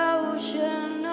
ocean